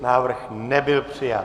Návrh nebyl přijat.